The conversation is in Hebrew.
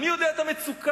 אני יודע את המצוקה,